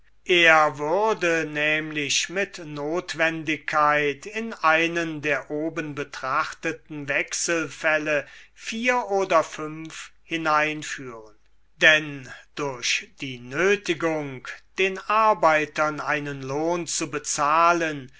er würde nämlich mit notwendigkeit in einen der oben betrachteten wechselflle oder hineinfhren denn durch die nötigung den arbeitern einen lohn zu bezahlen